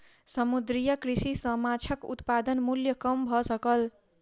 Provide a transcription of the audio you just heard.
समुद्रीय कृषि सॅ माँछक उत्पादन मूल्य कम भ सकल